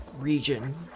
region